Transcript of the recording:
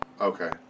Okay